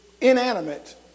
inanimate